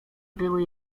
były